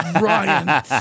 Ryan